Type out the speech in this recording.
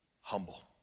Humble